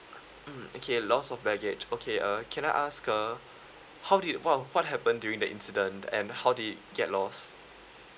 mm okay loss of baggage okay uh can I ask uh how did what what happen during the incident and how did get lost